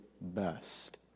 best